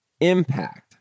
impact